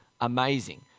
amazing